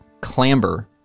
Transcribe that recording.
clamber